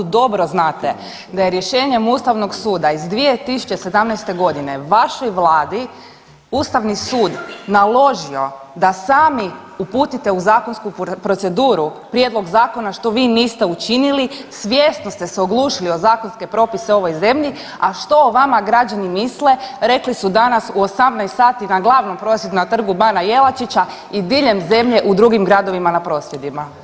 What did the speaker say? Dobro znate da je rješenjem ustavnog suda iz 2017.g. vašoj vladi ustavni sud naložio da sami uputite u zakonsku proceduru prijedlog zakona što vi niste učinili, svjesno ste se oglušili o zakonske propise u ovoj zemlji, a što o vama građani misle rekli su danas u 18 sati na glavnom prosvjed na Trgu bana Jelačića i diljem zemlje u drugim gradovima na prosvjedima.